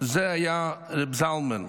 זה היה רב זלמן.